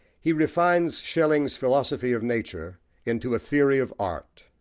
he refines schelling's philosophy of nature into a theory of art.